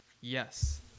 Yes